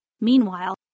Meanwhile